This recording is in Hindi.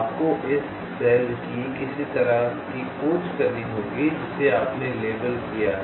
आपको इस सेल की किसी तरह की खोज करनी होगी जिसे आपने लेबल किया है